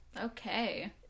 Okay